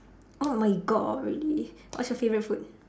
oh my god really what's your favorite food